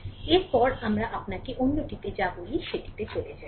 সুতরাং এরপরে আমরা আপনাকে অন্যটিতে যা বলি সেটিতে চলে যাই